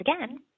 again